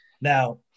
Now –